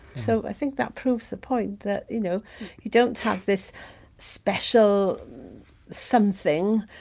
so, i think that proves the point that you know you don't have this special something,